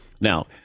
Now